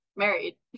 married